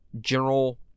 general